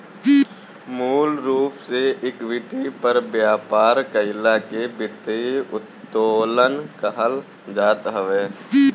मूल रूप से इक्विटी पर व्यापार कईला के वित्तीय उत्तोलन कहल जात हवे